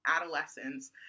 adolescents